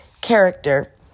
character